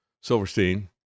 Silverstein